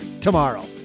tomorrow